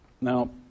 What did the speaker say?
Now